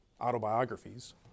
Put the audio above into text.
autobiographies